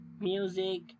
music